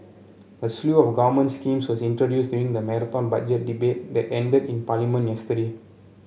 a slew of government schemes was introduced during the Marathon Budget Debate that ended in Parliament yesterday